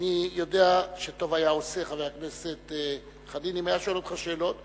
אני יודע שטוב היה עושה חבר הכנסת חנין אם היה שואל אותך שאלות,